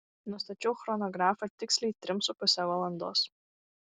nustačiau chronografą tiksliai trim su puse valandos